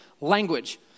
language